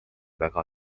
väga